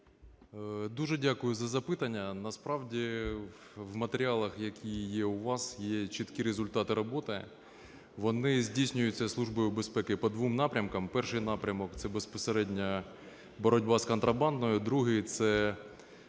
Дуже дякую за запитання. Насправді, в матеріалах, які є у вас, є чіткі результати роботи, вони здійснюються Службою безпеки по двом напрямкам. Перший напрямок – це безпосередньо боротьба з контрабандою. Другий – це